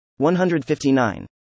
159